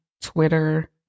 Twitter